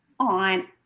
on